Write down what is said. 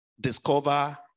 Discover